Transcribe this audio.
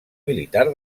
militar